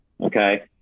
Okay